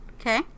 Okay